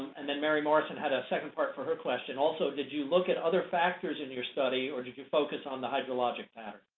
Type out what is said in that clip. and then mary morrison had a second part for her question. also, did you look at other factors in your study, or did you focus on the hydrologic factor?